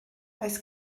oes